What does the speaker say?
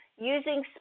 using